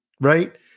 right